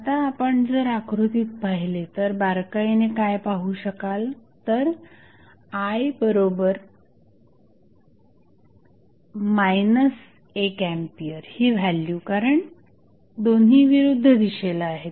आता आपण जर आकृतीत पाहिले तर बारकाईने काय पाहू शकाल तर i 1A ही व्हॅल्यू कारण दोन्ही विरुद्ध दिशेला आहेत